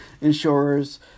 insurers